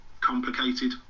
complicated